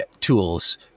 tools